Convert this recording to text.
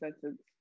sentence